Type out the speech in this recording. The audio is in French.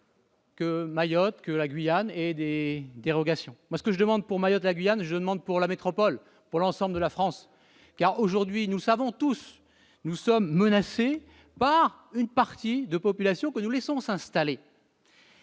-que Mayotte et la Guyane aient des dérogations. Eh bien, ce que je demande pour Mayotte et la Guyane, je le demande aussi pour l'ensemble de la France ! Aujourd'hui, nous savons tous que nous sommes menacés par une partie de la population que nous laissons s'installer